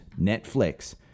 Netflix